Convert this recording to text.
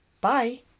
Bye